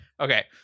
Okay